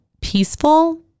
peaceful